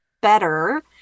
better